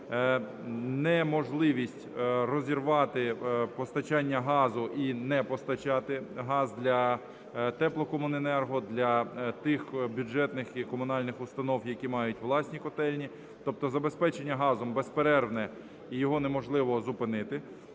неможливість розірвати постачання газу і не постачати газ для теплокомуненерго, для тих бюджетних і комунальних установ, які мають власні котельні. Тобто забезпечення газом безперервне і його неможливо зупинити.